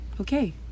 okay